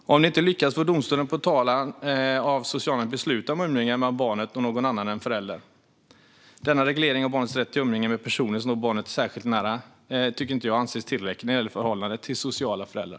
Om detta inte lyckas får domstolen på talan av socialnämnden besluta om umgänge med barnet för någon annan än en förälder. Denna reglering av barnets rätt till umgänge med personer som står barnet särskilt nära tycker jag inte kan anses tillräcklig när det gäller förhållandet till sociala föräldrar.